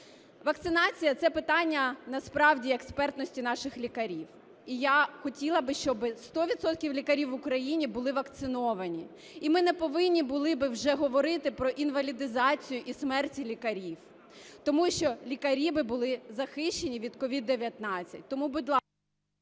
Вакцинація – це питання насправді експертності наших лікарів. І я хотіла би, щоб 100 відсотків лікарів в Україні були вакциновані, і ми не повинні були би вже говорити про інвалідизацію і смерті лікарів, тому що лікарі би були захищені від COVID-19.